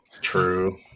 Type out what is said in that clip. True